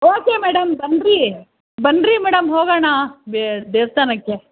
okay madam ಬನ್ನಿರಿ ಬನ್ನಿರಿ madam ಹೋಗೋಣ ದೇ ದೇವಸ್ಥಾನಕ್ಕೆ